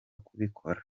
kubikora